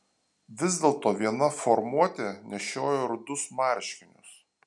vis dėlto viena formuotė nešiojo rudus marškinius